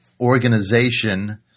organization